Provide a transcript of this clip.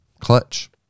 Clutch